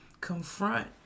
confront